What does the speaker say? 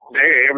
Hey